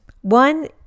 One